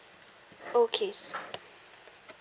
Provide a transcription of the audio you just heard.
okay